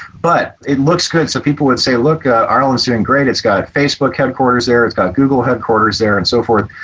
but it looks good, so people would say, look, ireland's doing great. it's got facebook headquarters there, it's got google headquarters there and so forth,